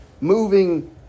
moving